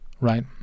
right